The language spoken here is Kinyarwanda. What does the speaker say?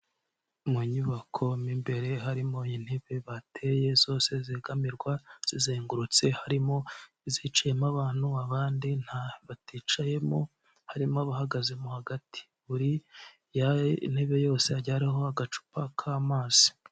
Mu nyubako mo imbere, harimo intebe bateye, zose zegamirwa zizengurutse, harimo iziciyemo abantu, abandi baticayemo, harimo abahagazemo hagati, buri intebe yose hagiye haraho agacupa k'amazi.